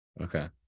okay